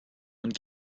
und